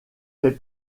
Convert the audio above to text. fait